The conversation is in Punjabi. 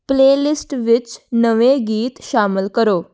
ਪਲੇਅਲਿਸਟ ਵਿੱਚ ਨਵੇਂ ਗੀਤ ਸ਼ਾਮਲ ਕਰੋ